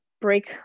break